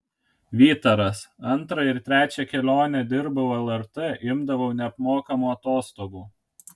vytaras antrą ir trečią kelionę dirbau lrt imdavau neapmokamų atostogų